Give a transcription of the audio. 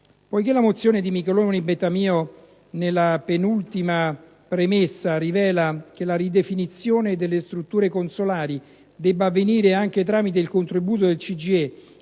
dai colleghi Micheloni e Bettamio, nella penultima premessa, rileva che la ridefinizione delle strutture consolari deve avvenire anche tramite il contributo del CGIE,